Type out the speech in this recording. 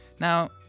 Now